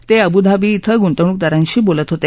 ते अबूधाबी इथं गुंतवणूकदारांशी बोलत होते